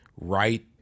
right